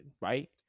Right